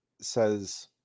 says